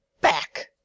Back